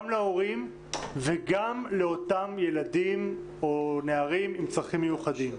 להורים וגם לאותם ילדים או נערים עם צרכים מיוחדים.